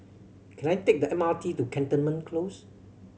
can I take the M R T to Cantonment Close